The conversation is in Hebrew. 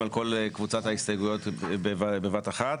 על כל קבוצת ההסתייגויות בבת אחת.